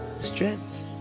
strength